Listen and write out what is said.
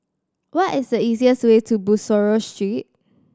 what is the easiest way to Bussorah Street